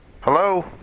Hello